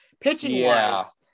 Pitching-wise